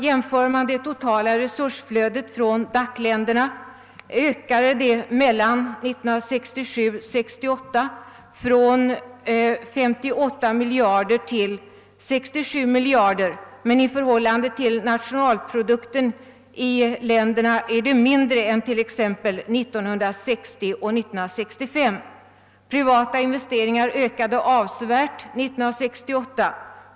Jämför man det totala resursflödet från DAC-länderna finner man att detta ökade mellan åren 1967 och 1968 från 58 miljarder kronor till 67 miljarder kronor, men i förhållande till nationalprodukten i länderna är det ta mindre än det var t.ex. 1960 och 1965. Privata investeringar ökade avsevärt 1968.